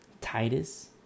Titus